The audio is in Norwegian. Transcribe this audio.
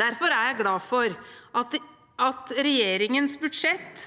Derfor er jeg glad for at regjeringens budsjett